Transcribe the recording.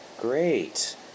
great